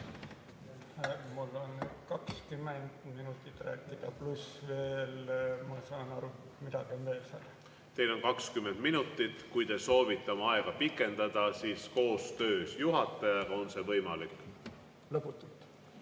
mul on 20 minutit rääkida, pluss, ma saan aru, midagi on seal veel? Teil on 20 minutit. Kui te soovite oma aega pikendada, siis koostöös juhatajaga on see võimalik. Teil